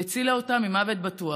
והצילה אותן ממוות בטוח.